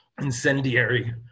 incendiary